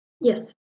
Yes